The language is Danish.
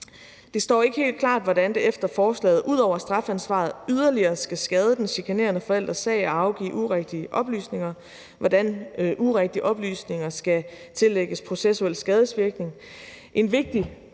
Det står ikke helt klart, hvordan det efter forslaget ud over strafansvaret yderligere skal skade den chikanerende forælders sag at afgive urigtige oplysninger, og hvordan urigtige oplysninger skal tillægges processuel skadevirkning.